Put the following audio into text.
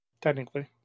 technically